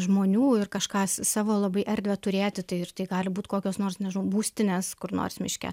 žmonių ir kažką s savo labai erdvę turėti tai ir tai gali būti kokios nors nežinau būstinės kur nors miške